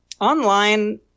Online